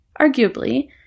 Arguably